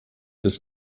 bis